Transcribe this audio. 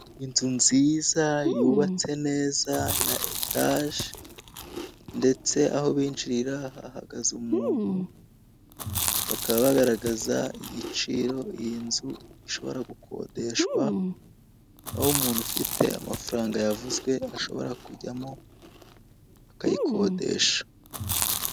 Inzu nziza yubatse neza ya yetaje ndetse aho binjirira hahagze umuntu, bakaba bagaragaza igiciro iyi nzu ishobora gukodeshwa, aho umuntu ufite amafaranga yavuzwe ashobora kujyamo akayikodesha.